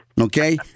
Okay